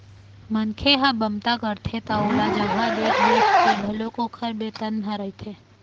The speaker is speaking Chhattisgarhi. मनखे ह बमता करथे त ओला जघा देख देख के घलोक ओखर बेतन ह रहिथे